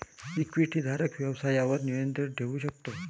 इक्विटीधारक व्यवसायावर नियंत्रण ठेवू शकतो